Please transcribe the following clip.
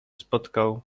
spotkał